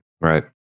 right